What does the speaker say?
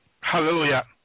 Hallelujah